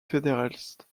fédéralistes